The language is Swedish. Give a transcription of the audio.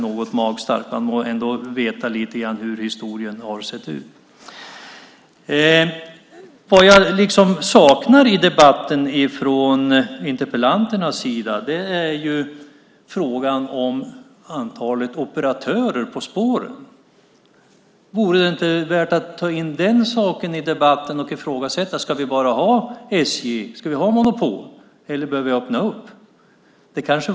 Trots allt bör man veta lite grann om hur historien har sett ut. Det jag saknar i debatten från interpellanternas sida är frågan om antalet operatörer på spåren. Vore inte den frågan värd att ta med i debatten? Borde man inte ifrågasätta om vi enbart ska ha SJ, ha monopol, eller om vi ska öppna upp för andra?